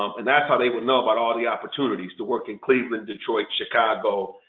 um and that's how they would know about all the opportunities to work in cleveland, detroit, chicago,